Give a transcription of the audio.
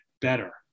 better